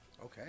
Okay